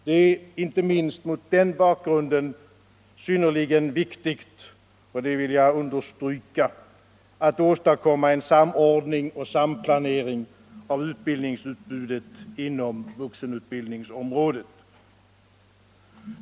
Det är inte minst mot den bakgrunden synnerligen viktigt — det vill jag understryka — att åstadkomma en samordning och samplanering av utbildningsutbudet inom vuxenutbildningsområdet.